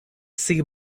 see